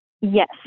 Yes